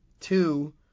Two